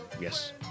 Yes